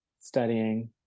studying